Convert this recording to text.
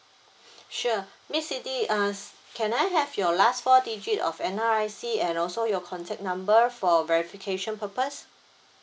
sure miss siti uh can I have your last four digit of N_R_I_C and also your contact number for verification purpose